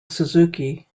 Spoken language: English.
suzuki